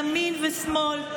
ימין ושמאל,